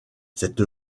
cette